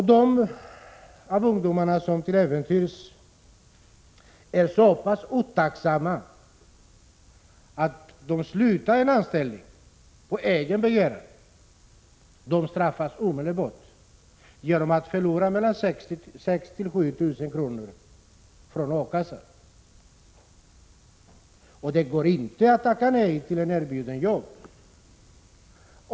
De ungdomar som till äventyrs är så pass otacksamma att de slutar en anställning på egen begäran straffas omedelbart genom att förlora mellan 6 000 och 7 000 kr. från A-kassan. Det går inte att tacka nej till ett erbjudet jobb.